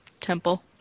temple